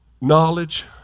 knowledge